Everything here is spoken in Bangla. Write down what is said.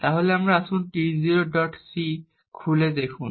তাহলে আসুন T0c খুলে ফেলুন